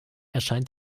erscheint